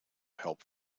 help